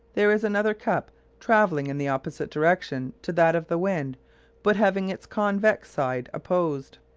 there is another cup travelling in the opposite direction to that of the wind but having its convex side opposed.